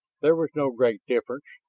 there was no great difference.